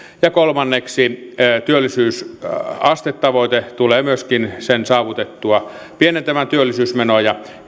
ja kolmanneksi työllisyysastetavoite tulee myöskin sen saavutettuamme pienentämään työllisyysmenoja